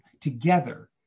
together